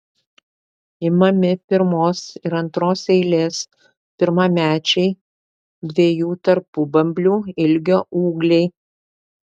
imami pirmos ir antros eilės pirmamečiai dviejų tarpubamblių ilgio ūgliai